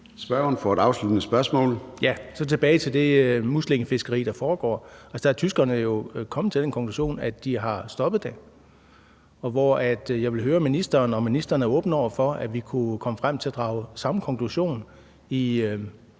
Søren Egge Rasmussen (EL): Så vil jeg vende tilbage til det muslingefiskeri, der foregår. Altså, der er tyskerne jo kommet til den konklusion, at de har stoppet det, og jeg vil høre ministeren, om ministeren er åben over for, at vi kunne komme frem til at drage samme konklusion i